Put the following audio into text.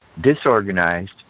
disorganized